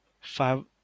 five